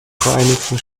vereinigten